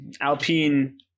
alpine